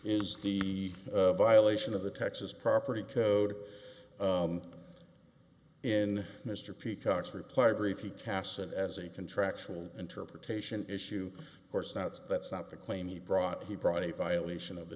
is the violation of the texas property code in mr peacock's reply brief he cason as a contractual interpretation issue of course not that's not the claim he brought he brought a violation of